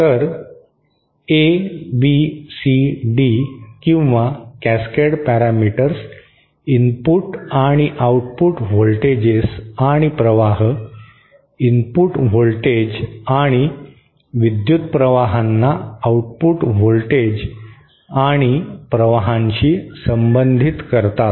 तर एबीसीडी किंवा cascade parameters input आणि आउटपुट व्होल्टेजेस आणि प्रवाह इनपुट व्होल्टेज आणि विद्युतप्रवाहांना आउटपुट व्होल्टेज आणि प्रवाहांशी संबंधित करतात